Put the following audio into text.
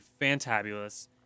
fantabulous